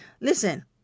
listen